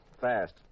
fast